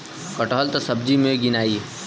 कटहल त सब्जी मे गिनाई